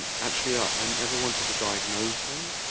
and actually, i never wanted to diagnose her.